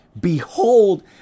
Behold